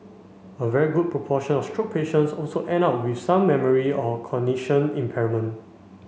a very good proportion of stroke patients also end up with some memory or cognition impairment